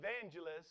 evangelists